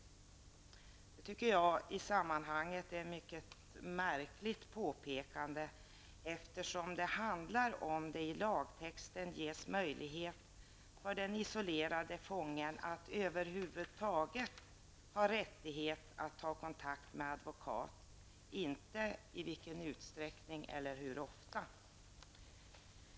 Det tycker jag är ett mycket märkligt påpekande i sammanhanget, eftersom det i lagtexten handlar om möjligheten för den isolerade fången att över huvud taget ha rätt att ta kontakt med en advokat, inte i vilken utsträckning eller hur ofta.